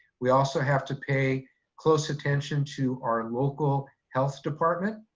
we also have to pay close attention to our local health department,